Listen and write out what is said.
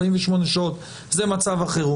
48 שעות זה מצב החירום.